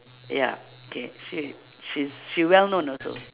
ya k she she's she well known also